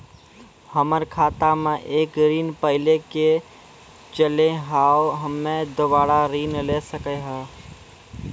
हमर खाता मे एक ऋण पहले के चले हाव हम्मे दोबारा ऋण ले सके हाव हे?